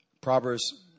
Proverbs